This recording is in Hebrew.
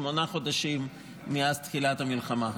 שמונה חודשים מאז תחילת המלחמה הזאת.